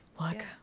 look